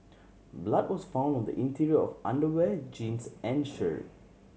blood was found on the interior of underwear jeans and shirt